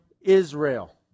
Israel